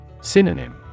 Synonym